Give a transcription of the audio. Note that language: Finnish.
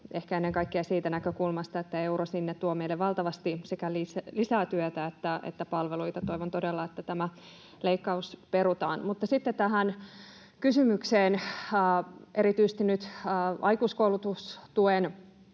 Ehkä ennen kaikkea on se näkökulma, että euro sinne tuo meille valtavasti sekä lisää työtä että palveluita. Toivon todella, että tämä leikkaus perutaan. Mutta sitten tähän kysymykseen erityisesti nyt aikuiskoulutustuen